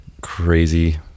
crazy